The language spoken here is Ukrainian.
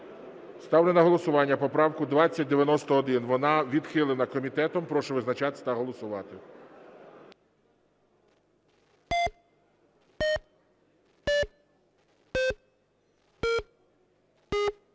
Ставлю на голосування поправку 2091. Вона відхилена комітетом. Прошу визначатися та голосувати.